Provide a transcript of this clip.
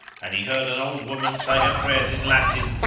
had he heard an old woman say her prayers in latin,